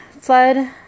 Sled